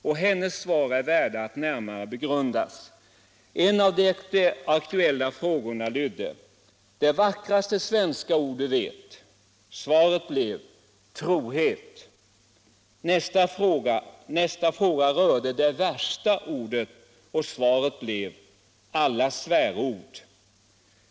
Hennes svar är värda att närmare begrundas. En av de aktuella frågorna löd: ”Det vackraste svenska ord du vet?” Svaret blev: ”Trohet”. Nästa fråga rörde det värsta ordet, och svaret blev: ”Alla svärord”.